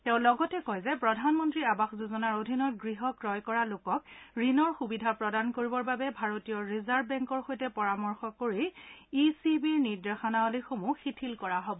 তেওঁ কয় যে প্ৰধানমন্ত্ৰী আবাস যোজনাৰ অধীনত গৃহ ক্ৰয় কৰা লোকক ঋণৰ সুবিধা প্ৰদান কৰিবৰ বাবে ভাৰতীয় ৰিজাৰ্ভ বেংকৰ সৈতে পৰামৰ্শ কৰি ই চি বিৰ নিৰ্দেশনাৱলীসমূহ শিথিল কৰা হব